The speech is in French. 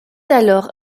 alors